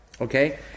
Okay